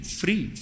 free